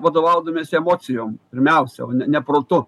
vadovaudamiesi emocijom pirmiausia o ne protu